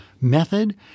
method